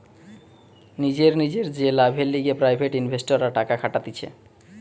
নিজের নিজের যে লাভের লিগে প্রাইভেট ইনভেস্টররা টাকা খাটাতিছে